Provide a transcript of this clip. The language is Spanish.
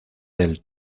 del